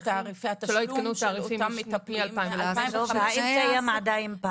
את תעריפי התשלום של אותם מטפלים --- קיים עדיין פער.